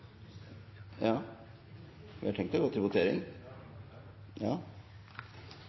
er vi klar til å gå til votering.